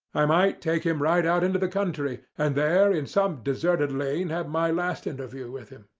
i might take him right out into the country, and there in some deserted lane have my last interview with him.